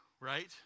right